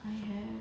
I have